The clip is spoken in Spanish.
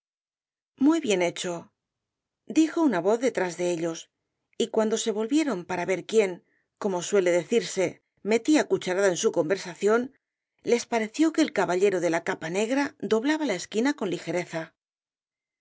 muy bien hecho dijo una voz detrás de ellos y cuando se volvieron para ver quién como suele decirse metía cucharada en su conversación les pareció que el caballero de la capa negra doblaba la esquina con ligereza